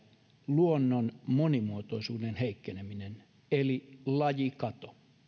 luonnon monimuotoisuuden heikkeneminen eli lajikato